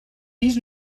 fills